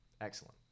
excellent